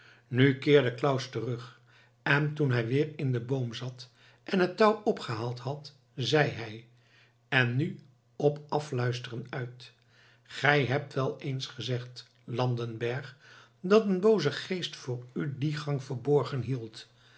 nu keerde claus terug en toen hij weer in den boom zat en het touw opgehaald had zeî hij en nu op afluisteren uit gij hebt wel eens gezegd landenberg dat een booze geest voor u die gang verborgen hield